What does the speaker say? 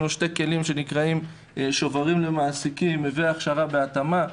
שנקראים שוברים למעסיקים והכשרה בהתאמה.